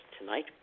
tonight